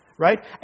Right